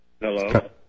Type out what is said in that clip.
Hello